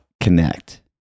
connect